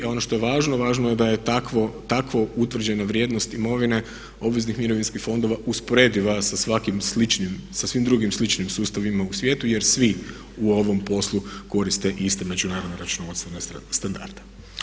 I ono što je važno važno je da je tako utvrđena vrijednost imovine obveznih mirovinskih fondova usporediva sa svakim sličnim, sa svim drugim sličnim sustavima u svijetu jer svi u ovom poslu koriste iste međunarodne računovodstvene standarde.